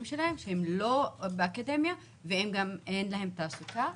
שלהם שהם לא באקדמיה וגם אין להם תעסוקה.